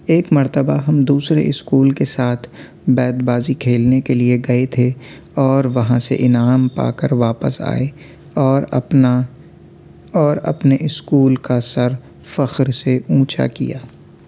ایک مرتبہ ہم دوسرے اِسکول کے ساتھ بیت بازی کھیلنے کے لیے گئے تھے اور وہاں سے انعام پا کر واپس آئے اور اپنا اور اپنے اِسکول کا سر فخر سے اُونچا کیا